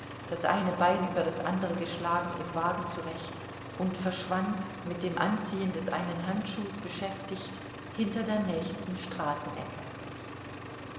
das eine bein über das andere geschlagen im wagen zurecht und verschwand mit dem anziehen des einen handschuhs beschäftigt hinter der nächsten straßenecke